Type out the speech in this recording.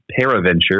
Paraventure